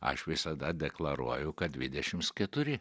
aš visada deklaruoju kad dvidešims keturi